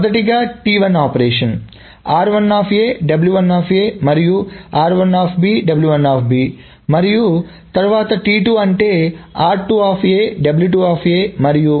మొదటిగా మరియు మరియు తరువాత మరియు